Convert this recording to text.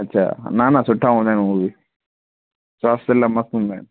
अच्छा न न सुठा हूंदा आहिनि हू बि स्वास्थ्यु लाइ मस्तु हूंदा आहिनि